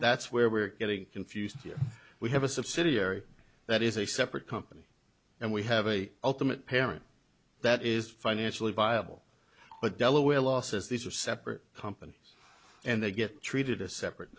that's where we're getting confused here we have a subsidiary that is a separate company and we have a ultimate parent that is financially viable but delaware law says these are separate companies and they get treated as separate